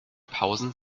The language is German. pausen